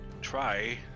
try